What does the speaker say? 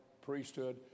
priesthood